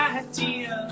idea